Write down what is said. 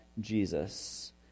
Jesus